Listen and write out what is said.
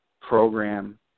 program